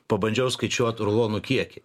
pabandžiau skaičiuot rulonų kiekį